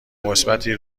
مثبتی